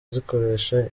zikoresha